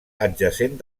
adjacent